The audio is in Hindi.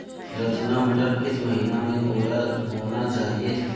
रचना मटर किस महीना में बोना चाहिए?